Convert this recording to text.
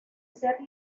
ser